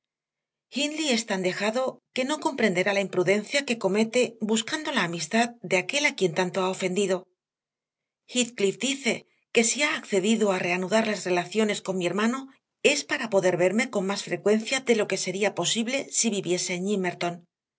hindley es tan dejado que no comprenderá la imprudencia que comete buscando la amistad de aquel a quien tanto ha ofendido heathcliff dice que si ha accedido a reanudar las relaciones con mi hermano es para poder verme con más frecuencia de lo que le sería posible si viviese en gimmerton